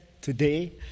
Today